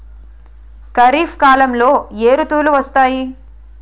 ఖరిఫ్ కాలంలో ఏ ఋతువులు వస్తాయి?